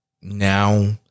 Now